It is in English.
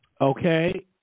Okay